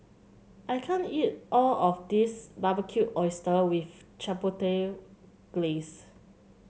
I can't eat all of this Barbecued Oyster with Chipotle Glaze